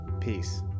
peace